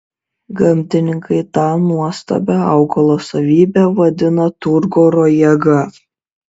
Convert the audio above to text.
gamtininkai tą nuostabią augalo savybę vadina turgoro jėga